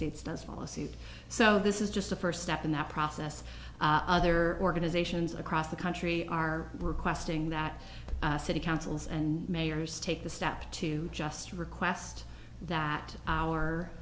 states does follow suit so this is just a first step in that process other organizations across the country are requesting that city councils and mayors take the step to just request that our